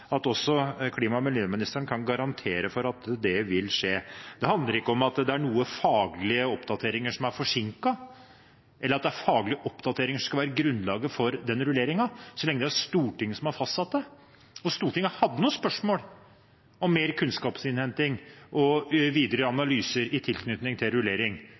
går også ut fra at klima- og miljøministeren kan garantere for at det vil skje. Det handler ikke om at det er noen faglige oppdateringer som er forsinket, eller at det er faglige oppdateringer som skal være grunnlaget for den rulleringen, så lenge det er Stortinget som har fastsatt det. Stortinget hadde noen spørsmål om mer kunnskapsinnhenting og videre analyser i tilknytning til rullering,